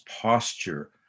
posture